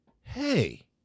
Hey